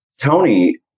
Tony